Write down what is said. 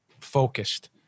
focused